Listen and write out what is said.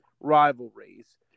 rivalries